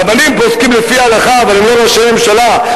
הרבנים פוסקים לפי ההלכה, אבל הם לא ראשי ממשלה.